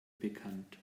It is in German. bekannt